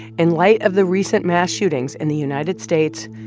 in light of the recent mass shootings in the united states,